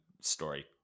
story